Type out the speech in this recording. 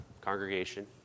congregation